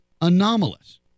anomalous